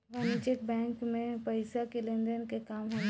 वाणिज्यक बैंक मे पइसा के लेन देन के काम होला